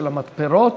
של המתפרות,